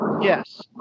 yes